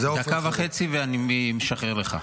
דקה וחצי ואני משחרר לך.